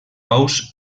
ous